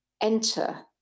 enter